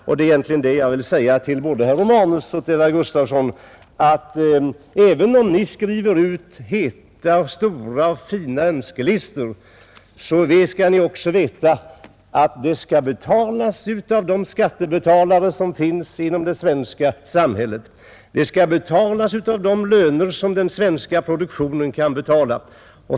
Jag vill framhålla för både herr Romanus och herr Gustavsson i Alvesta att även om ni skriver ut heta, stora och fina önskelistor, så skall det hela bekostas av de skattebetalare som finns inom det svenska samhället — av de löner som den svenska produktionen kan betala.